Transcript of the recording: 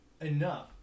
enough